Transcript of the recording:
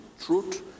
truth